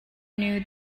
knew